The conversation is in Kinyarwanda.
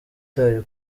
byo